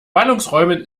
ballungsräumen